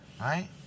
Right